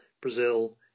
Brazil